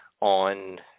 on